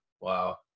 Wow